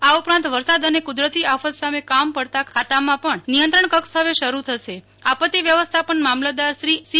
આ ઉપરાંત વરસાદ અને કુદરતી આફત સાથે કામ પાડતાં ખાતા માં પણ નિયંત્રણ કક્ષ હવે શરૂ થશે આપત્તિ વ્યવસ્થાપન મામલતદાર સી